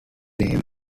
name